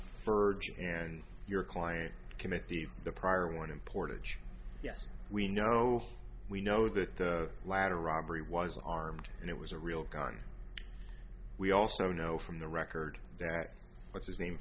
ferd and your client committee the prior one important yes we know we know that ladder robbery was armed and it was a real gun we also know from the record that what's his name